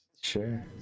Sure